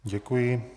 Děkuji.